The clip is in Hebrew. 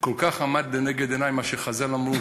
כל כך עמד לנגד עיני מה שחז"ל אמרו,